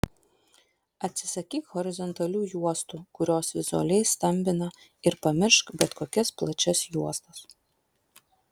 atsisakyk horizontalių juostų kurios vizualiai stambina ir pamiršk bet kokias plačias juostas